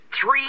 three